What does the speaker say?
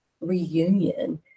reunion